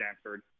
stanford